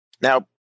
Now